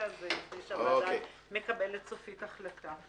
הזה לפני שהוועדה מקבלת סופית החלטה.